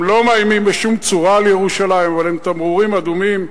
הם לא מאיימים בשום צורה על ירושלים אבל הם תמרורים אדומים,